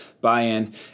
buy-in